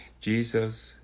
Jesus